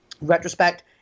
retrospect